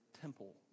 temple